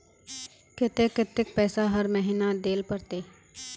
केते कतेक पैसा हर महीना देल पड़ते?